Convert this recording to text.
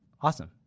Awesome